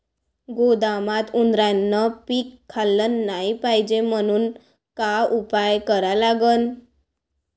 गोदामात उंदरायनं पीक खाल्लं नाही पायजे म्हनून का उपाय करा लागन?